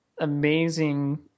amazing